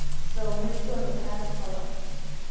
so make sure the path correct.